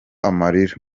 amarira